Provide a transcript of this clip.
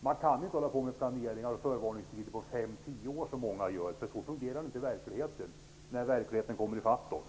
Man kan inte hålla på med planeringar och förvarningstider på fem eller tio år som många gör, för så fungerar det inte när verkligheten kommer ifatt oss.